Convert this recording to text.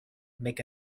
make